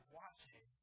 watching